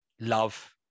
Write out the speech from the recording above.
love